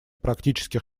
практических